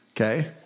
Okay